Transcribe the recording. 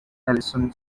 alison